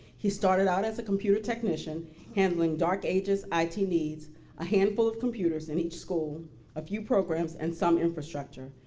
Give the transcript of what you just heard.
he started out as a computer technician handling dark ages' it needs a handful of computers in each school a few programs and some infrastructure.